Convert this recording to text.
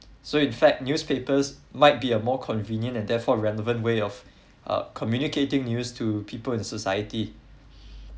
so in fact newspapers might be a more convenient and therefore relevant way of uh communicating news to people and society